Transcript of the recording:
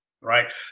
right